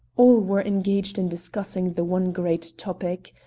all were engaged in discussing the one great topic.